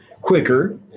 quicker